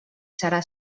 serà